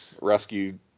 rescue